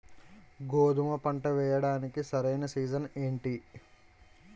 గోధుమపంట వేయడానికి సరైన సీజన్ ఏంటి?